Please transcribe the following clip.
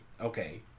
okay